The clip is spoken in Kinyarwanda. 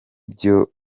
byo